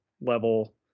level